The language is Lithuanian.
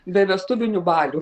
be vestuvinių balių